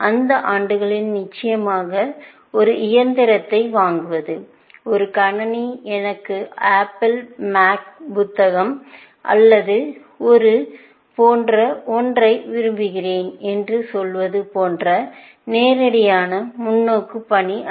அந்த ஆண்டுகளில் நிச்சயமாக ஒரு இயந்திரத்தை வாங்குவது ஒரு கணினி எனக்கு ஆப்பிள் மேக் புத்தகம் அல்லது அது போன்ற ஒன்றை விரும்புகிறேன் என்று சொல்வது போன்ற நேரடியான முன்னோக்கு பணி அல்ல